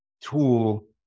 tool